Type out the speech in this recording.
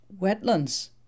wetlands